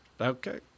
Okay